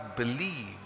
believe